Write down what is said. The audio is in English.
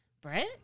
Brett